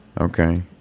okay